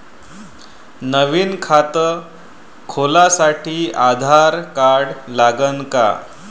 नवीन खात खोलासाठी आधार कार्ड लागन का?